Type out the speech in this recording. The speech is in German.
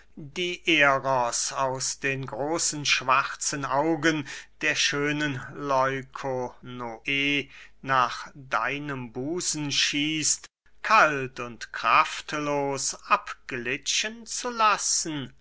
die eros aus den großen schwarzen augen der schönen leukonoe nach deinem busen schießt kalt und kraftlos abglitschen zu lassen